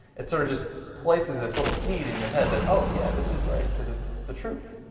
it sort of just places this little seed in your head that, oh yeah, this is right because it's the truth.